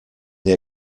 they